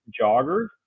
joggers